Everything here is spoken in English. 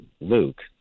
Luke